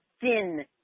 thin